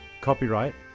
Copyright